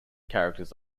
characters